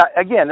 again